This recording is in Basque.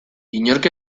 inork